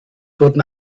wurden